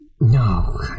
No